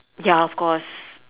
ya of course